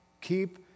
Keep